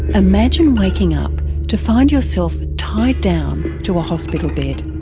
imagine waking up to find yourself tied down to a hospital bed.